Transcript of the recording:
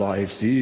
Life's